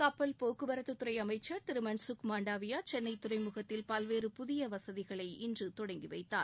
கப்பல் போக்குவரத்துத்துறை அமைச்சா் திரு மன்கக் மண்டாவியா சென்னை துறைமுகத்தில் பல்வேறு புதிய வசதிகளை இன்று தொடங்கி வைத்தார்